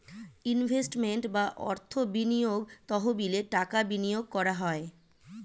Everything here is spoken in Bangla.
ইনভেস্টমেন্ট বা অর্থ বিনিয়োগ তহবিলে টাকা বিনিয়োগ করা হয়